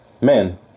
men